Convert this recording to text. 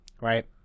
right